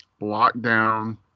Lockdown